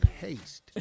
paste